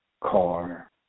car